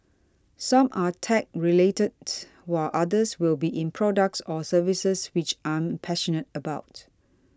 some are tech related while others will be in products or services which I'm passionate about